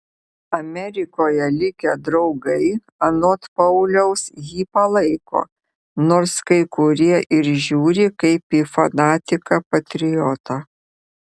amerikoje likę draugai anot pauliaus jį palaiko nors kai kurie ir žiūri kaip į fanatiką patriotą